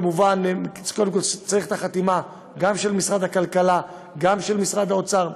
כמובן קודם כול צריך גם את החתימה של משרד הכלכלה וגם של משרד האוצר.